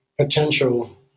potential